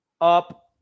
up